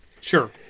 Sure